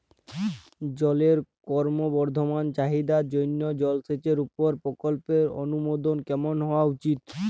জলের ক্রমবর্ধমান চাহিদার জন্য জলসেচের উপর প্রকল্পের অনুমোদন কেমন হওয়া উচিৎ?